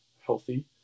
healthy